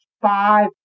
five